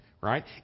right